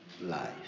life